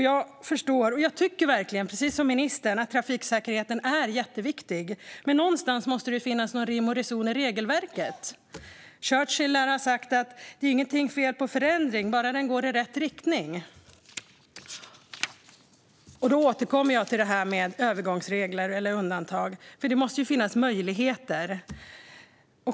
Jag tycker verkligen precis som ministern att trafiksäkerheten är jätteviktig, men någonstans måste det finnas rim och reson i regelverket. Churchill lär ha sagt att det inte är något fel med förändring, bara den går i rätt riktning. Därför återkommer jag till detta med övergångsregler eller undantag. Det måste nämligen finnas möjligheter.